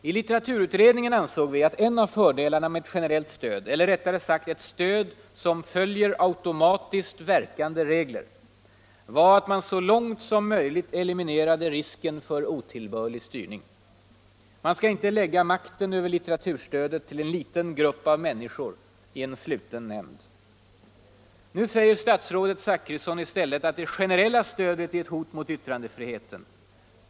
I litteraturutredningen ansåg vi att en av fördelarna med ett generellt stöd, eller rättare sagt ett stöd som följer automatiskt verkande regler, var att man så långt som möjligt eliminerade risken för otillbörlig styrning. Man skall inte lägga makten över litteraturstödet till en liten grupp av människor i en sluten nämnd. Nu säger statsrådet Zachrisson i stället att det generella stödet är ett hot mot yttrandefriheten.